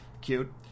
cute